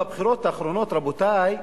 בבחירות האחרונות, רבותי,